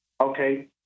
Okay